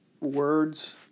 words